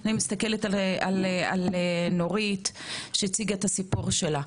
אני מסתכלת על נורית שהציגה את הסיפור שלה,